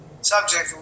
Subject